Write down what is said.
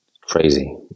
crazy